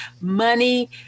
money